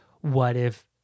what-if